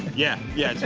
yeah, yeah it's